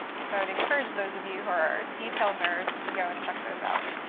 so would encourage those of you who are detailed nerds to go and check those out.